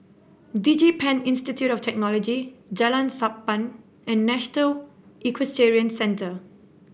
DigiPen Institute of Technology Jalan Sappan and National Equestrian Centre